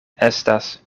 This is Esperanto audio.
estas